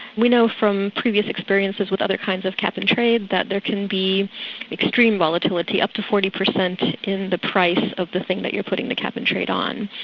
we know from previous experiences with other kinds of cap and trade that there can be extreme volatility, up to forty percent in the price of the thing that you're putting the cap and trade on.